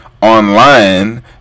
online